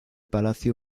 palacio